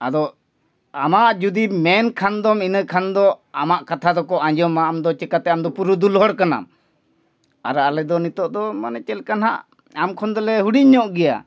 ᱟᱫᱚ ᱟᱢᱟᱜ ᱡᱩᱫᱤ ᱢᱮᱱ ᱠᱷᱟᱱ ᱫᱚᱢ ᱤᱱᱟᱹ ᱠᱷᱟᱱ ᱫᱚ ᱟᱢᱟᱜ ᱠᱟᱛᱷᱟ ᱫᱚᱠᱚ ᱟᱸᱡᱚᱢᱟ ᱟᱢ ᱫᱚ ᱪᱮᱠᱟᱛᱮ ᱟᱢ ᱫᱚ ᱯᱩᱨᱩᱫᱩᱞ ᱦᱚᱲ ᱠᱟᱱᱟᱢ ᱟᱨ ᱟᱞᱮ ᱫᱚ ᱱᱤᱛᱳᱜ ᱫᱚ ᱢᱟᱱᱮ ᱪᱮᱫ ᱞᱮᱠᱟ ᱱᱟᱦᱟᱜ ᱟᱢ ᱠᱷᱚᱱ ᱫᱚᱞᱮ ᱦᱩᱰᱤᱧ ᱧᱚᱜ ᱜᱮᱭᱟ